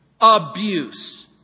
Abuse